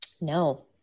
No